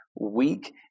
weak